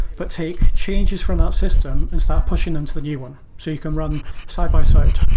but take changes from that system and start pushing them to the new one. so you can run side by side.